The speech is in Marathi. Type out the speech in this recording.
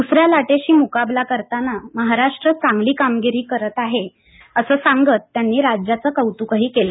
दूसऱ्या लाटेशी मुकाबला करताना महाराष्ट्र चांगली कामगिरी करत आहे असं सांगत त्यांनी राज्याचं कौतुकही केलं